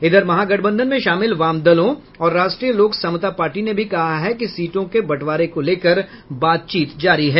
इधर महागठबंधन में शामिल वामदलों और राष्ट्रीय लोक समता पार्टी ने भी कहा है कि सीटों के बंटवारे को लेकर बातचीत जारी है